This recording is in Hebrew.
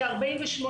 כ-48%,